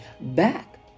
back